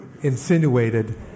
insinuated